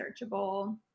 searchable